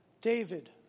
David